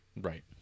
Right